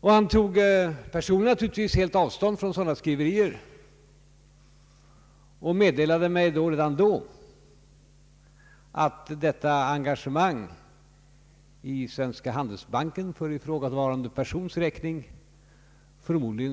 Naturligtvis tog han personligen helt avstånd från sådana skriverier och meddelade mig redan då, att detta engagemang i Svenska handelsbanken för ifrågavarande persons räkning